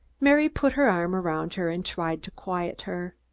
mary put her arm around her and tried to quiet her.